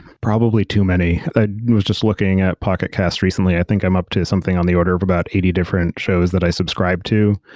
probably too many. i ah was just looking at pocketcast recently. i think i'm up to something on the order of about eighty different shows that i subscribe to.